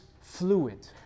fluid